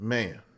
Man